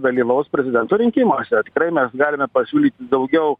dalyvaus prezidento rinkimuose tikrai mes galime pasiūlyti daugiau